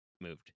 moved